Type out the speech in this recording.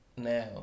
Now